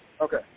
Okay